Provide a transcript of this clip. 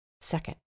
Second